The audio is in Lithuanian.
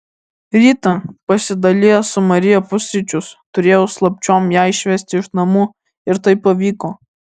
rytą pasidalijęs su marija pusryčius turėjau slapčiom ją išvesti iš namų ir tai pavyko